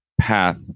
Path